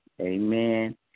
Amen